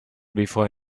before